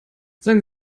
seien